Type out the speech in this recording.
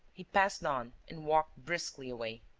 he passed on and walked briskly away.